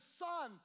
son